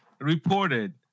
reported